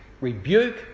rebuke